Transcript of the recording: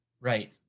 Right